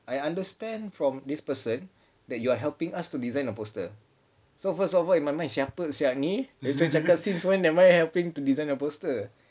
I understand from this person that you are helping us to design a poster so first of all in my mind siapa sia ni terus cakap since when am I helping to design a poster